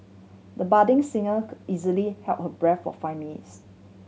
the budding singer easily held her breath for five minutes